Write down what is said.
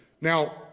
Now